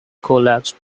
collapsed